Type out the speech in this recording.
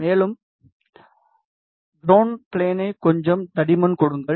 மேலும் கரவுணட் ஃப்ளேனிற்கு தரை விமானத்திற்கு கொஞ்சம் தடிமன் கொடுங்கள்